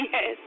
Yes